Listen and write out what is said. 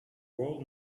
all